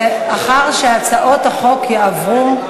לאחר שהצעות החוק יעברו,